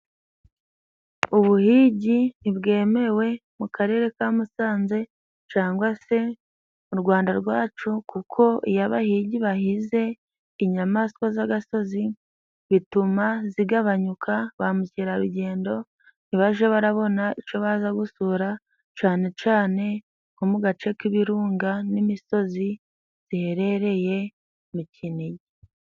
Ubuhigi ntibwemewe mu Karere ka Musanze cangwa se mu Rwanda rwacu, kuko iyo abahigi bahize inyamaswa z'agasozi, bituma zigabanyuka, ba mukerarugendo ntibaje barabona ico baza gusura, cane cane nko mu gace k'ibirunga n'imisozi ziherereye mu Kinigi.